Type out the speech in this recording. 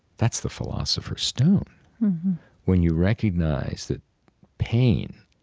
that's the philosopher's stone when you recognize that pain